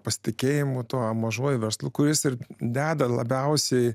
pasitikėjimu tuo mažuoju verslu kuris ir deda labiausiai